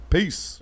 Peace